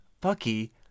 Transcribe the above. Bucky